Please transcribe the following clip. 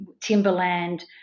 Timberland